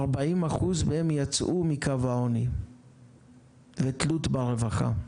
40% מהם יצאו מקו העוני ותלות ברווחה.